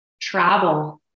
travel